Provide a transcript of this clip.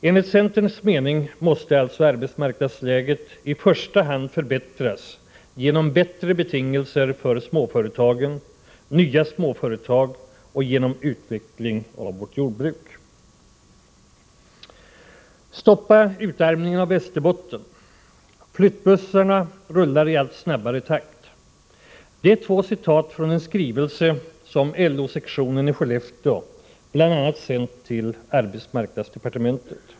Enligt centerns mening måste alltså arbetsmarknadsläget i första hand förbättras genom bättre betingelser för småföretagen — nya småföretag — och genom utveckling av vårt jordbruk. ”Stoppa utarmningen av Västerbotten.” ”Flyttbussen rullar i allt snabbare takt.” Detta är två citat från en skrivelse som LO-sektionen i Skellefteå sänt till bl.a. arbetsmarknadsdepartementet.